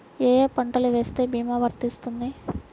ఏ ఏ పంటలు వేస్తే భీమా వర్తిస్తుంది?